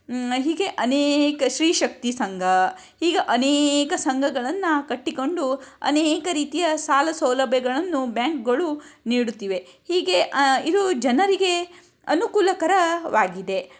ಹೀಗೆ ಅನೇಕ ಶ್ರೀ ಶಕ್ತಿ ಸಂಘ ಹೀಗೆ ಅನೇಕ ಸಂಘಗಳನ್ನು ಕಟ್ಟಿಕೊಂಡು ಅನೇಕ ರೀತಿಯ ಸಾಲ ಸೌಲಭ್ಯಗಳನ್ನು ಬ್ಯಾಂಕ್ಗಳು ನೀಡುತ್ತಿವೆ ಹೀಗೆ ಇದು ಜನರಿಗೆ ಅನುಕೂಲಕರವಾಗಿದೆ